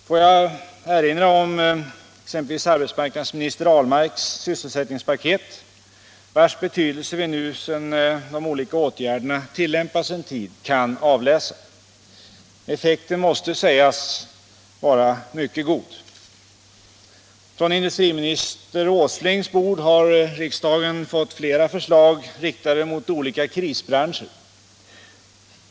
Får jag erinra exempelvis om arbetsmarknadsminister Ahlmarks sysselsättningspaket, vars betydelse vi nu sedan de olika åtgärderna tillämpats en tid kan avläsa. Effekten måste sägas vara mycket god. Från industriminister Åslings bord har riksdagen fått flera förslag riktade mot olika krisbranscher.